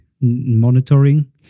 monitoring